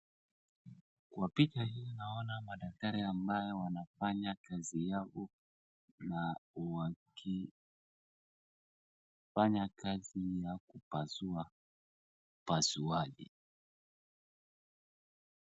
Kwa picha hii, naona madakatari ambao wanafanya kazi yao na wakifanya kazi ya kupasua, upasuaji.